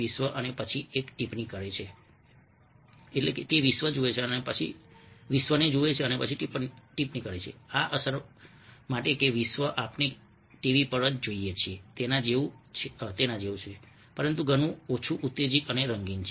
વિશ્વ અને પછી એક ટિપ્પણી કરે છે આ અસર માટે કે વિશ્વ આપણે ટીવી પર જે જોઈએ છીએ તેના જેવું છે પરંતુ ઘણું ઓછું ઉત્તેજક અને રંગીન છે